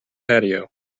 patio